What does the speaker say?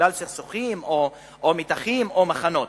בגלל סכסוכים או מתחים או מחנות,